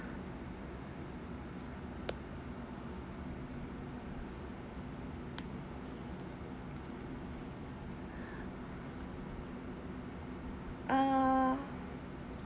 err